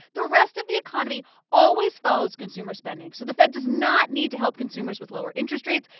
the rest of the economy always follows consumer spending. so the fed does not need to help consumers with lower interest rates.